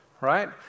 right